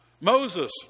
Moses